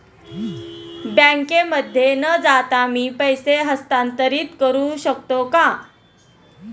बँकेमध्ये न जाता मी पैसे हस्तांतरित करू शकतो का?